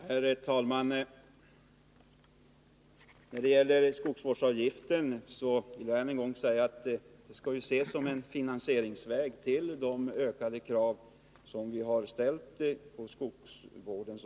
Herr talman! När det gäller skogsvårdsavgiften vill jag än en gång säga att det ju skall ses som en finansieringsväg med hänsyn till de större krav som vi har ställt på skogsvården.